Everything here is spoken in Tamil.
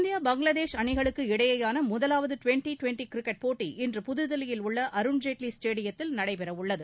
இந்தியா பங்களாதேஷ் அணிகளுக்கு இடையேயான முதலாவது ட்வெண்ட்டி ட்வெண்ட்டி கிரிக்கெட் போட்டி இன்று புதுதில்லியில் உள்ள அருண்ஜேட்லி ஸ்டேடியத்தில் நடைபெற உள்ளது